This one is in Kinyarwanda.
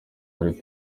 muri